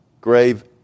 grave